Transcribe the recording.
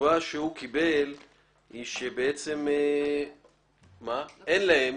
התשובה שהוא קיבל היא שאין להם